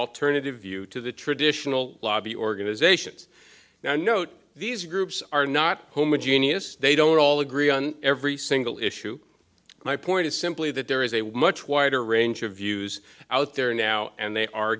alternative view to the traditional lobby organizations now note these groups are not homogeneous they don't all agree on every single issue my point is simply that there is a much wider range of views out there now and they are